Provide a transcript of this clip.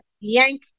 yank